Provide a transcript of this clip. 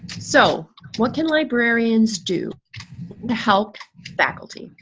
so what can librarians do to help faculty?